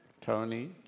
Tony